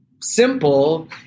simple